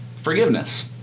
forgiveness